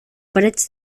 parets